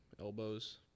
elbows